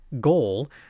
goal